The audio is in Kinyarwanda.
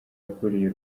akuriye